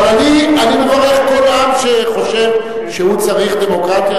אבל אני מברך כל עם שחושב שהוא צריך דמוקרטיה,